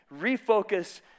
Refocus